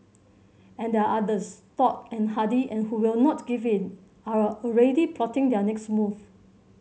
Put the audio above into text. and there are others stoic and hardy and who will not give in are already plotting their next move